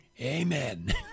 amen